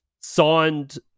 signed